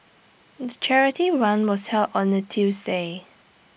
the charity run was held on A Tuesday